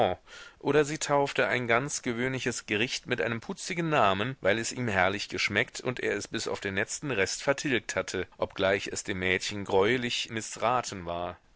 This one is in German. oder sie taufte ein ganz gewöhnliches gericht mit einem putzigen namen weil es ihm herrlich geschmeckt und er es bis auf den letzten rest vertilgt hatte obgleich es dem mädchen greulich mißraten war